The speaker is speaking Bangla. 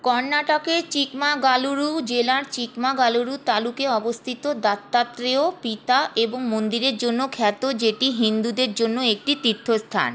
কর্ণাটকের চিকমাগালুরু জেলার চিকমাগালুরু তালুকে অবস্থিত দত্তাত্রেয় পিতা এবং মন্দিরের জন্য খ্যাত যেটি হিন্দুদের জন্য একটি তীর্থস্থান